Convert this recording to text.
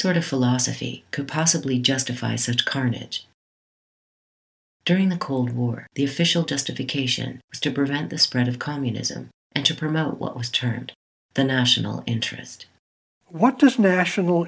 sort of philosophy could possibly justify such carnage during the cold war the official just occasion was to prevent the spread of communism and to promote what was termed the national interest what does national